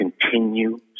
continue